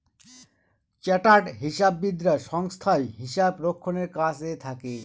chartered হিসাববিদরা সংস্থায় হিসাব রক্ষণের কাজে থাকে